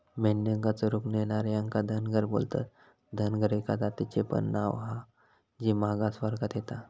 मेंढ्यांका चरूक नेणार्यांका धनगर बोलतत, धनगर एका जातीचा पण नाव हा जी मागास वर्गात येता